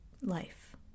life